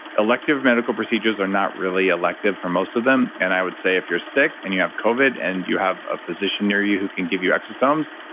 elective medical procedures are not really elective for most of them. and i would say if you're sick and you have covid, and you have a physician near you who can give you exosomes,